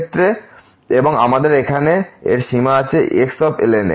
সুতরাং আমাদের এখন এর সীমা আছে xln x